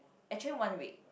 actually one week